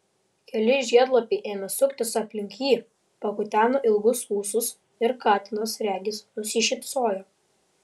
keli žiedlapiai ėmė suktis aplink jį pakuteno ilgus ūsus ir katinas regis nusišypsojo